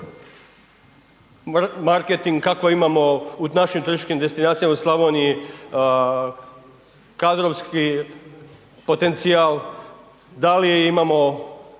marketing, kakav imamo u našim turističkim destinacijama u Slavoniji kadrovski potencijal, da li imamo